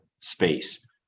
space